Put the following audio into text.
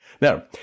Now